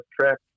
track